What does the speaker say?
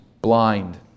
blind